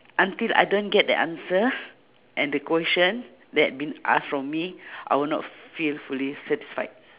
until I don't get the answer and the question that being asked from me I will not feel fully satisfied